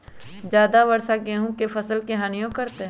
ज्यादा वर्षा गेंहू के फसल के हानियों करतै?